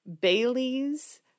baileys